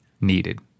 needed